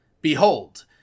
Behold